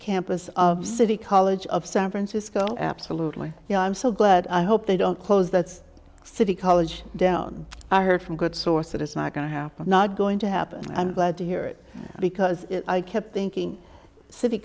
campus of city college of san francisco absolutely you know i'm so glad i hope they don't close that city college down i heard from a good source that it's not going to happen not going to happen and i'm glad to hear it because i kept thinking city